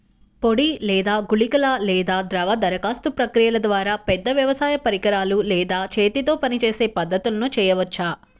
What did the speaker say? పొడి లేదా గుళికల లేదా ద్రవ దరఖాస్తు ప్రక్రియల ద్వారా, పెద్ద వ్యవసాయ పరికరాలు లేదా చేతితో పనిచేసే పద్ధతులను చేయవచ్చా?